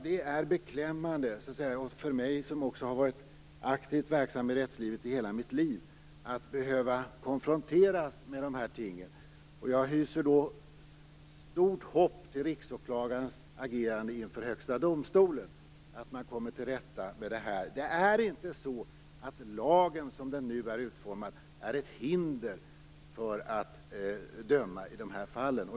Det är beklämmande för mig som har varit aktivt verksam i rättslivet i hela mitt liv att behöva konfronteras med dessa ting. Jag hyser stort hopp till riksåklagarens agerande inför Högsta domstolen för att komma till rätta med detta. Det är inte så att lagen som den nu är utformad är ett hinder för att döma i dessa fall.